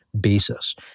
basis